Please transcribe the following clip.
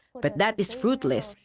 but that is fruitless.